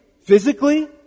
physically